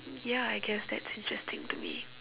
ya I guess that's interesting to me